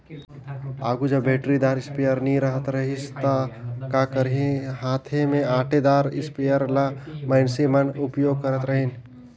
आघु जब बइटरीदार इस्पेयर नी रहत रहिस ता का करहीं हांथे में ओंटेदार इस्परे ल मइनसे मन उपियोग करत रहिन